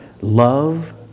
Love